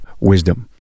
Wisdom